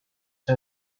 see